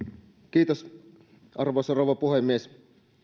kiitos arvoisa rouva puhemies